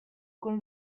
con